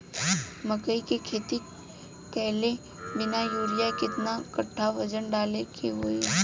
मकई के खेती कैले बनी यूरिया केतना कट्ठावजन डाले के होई?